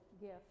gift